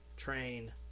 train